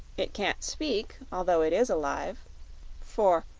it can't speak, although it is alive for,